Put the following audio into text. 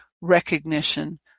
recognition